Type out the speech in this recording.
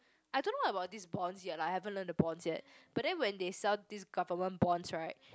I don't know about these bonds yet I haven't learnt the bonds yet but then when they sell these government bonds right